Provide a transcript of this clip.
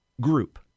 group